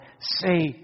say